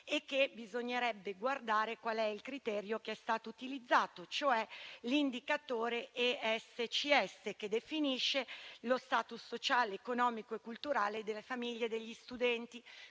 e che bisognerebbe guardare qual è il criterio che è stato utilizzato, cioè l'indicatore ESCS che definisce lo *status* sociale, economico e culturale delle famiglie degli studenti.